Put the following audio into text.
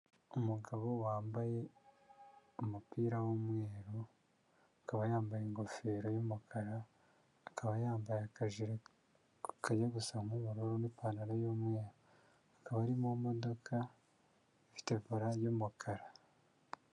Umugabo wambaye umupira w'umweru, akaba yambaye ingofero y'umukara, akaba yambaye akajire kajya gusa nk'ubururu n'ipantaro y'umweru, akaba ari mu modoka ifite vola y'umukara.